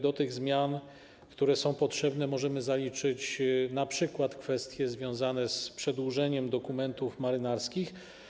Do tych zmian, które są potrzebne, możemy zaliczyć np. kwestie związane z przedłużeniem terminu ważności dokumentów marynarskich.